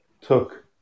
took